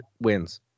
wins